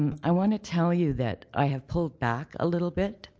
um i want to tell you that i have pulled back a little bit,